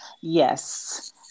Yes